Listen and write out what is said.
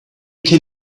can